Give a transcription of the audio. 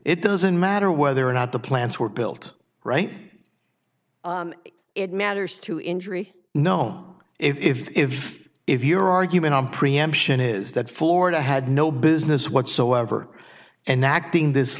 it doesn't matter whether or not the plants were built right it matters to injury no if if your argument on preemption is that florida had no business whatsoever and acting this